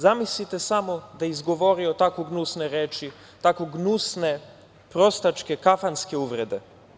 Zamislite samo da je izgovorio tako gnusne reči, tako gnusne, prostačke, kafanske uvrede?